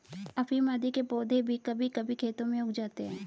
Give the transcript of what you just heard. अफीम आदि के पौधे भी कभी कभी खेतों में उग जाते हैं